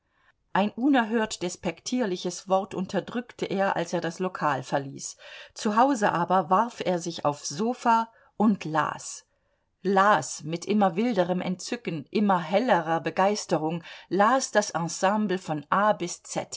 ein unerhört despektierliches wort unterdrückte er als er das lokal verließ zu hause aber warf er sich aufs sofa und las las mit immer wilderem entzücken immer hellerer begeisterung las das ensemble von a bis